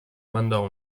mandò